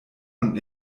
und